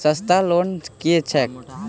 सस्ता लोन केँ छैक